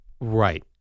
Right